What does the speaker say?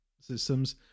systems